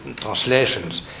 translations